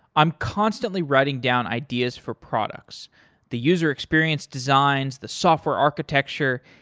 i'm constantly writing down ideas for products the user experience designs, the software architecture,